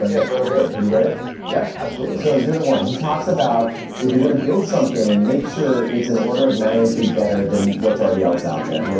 ah yeah, it's right over here. have you read it? yeah, absolutely. so zero to one, he talks about if you're going to build something, make sure it's an order of magnitude better than what's already else out there.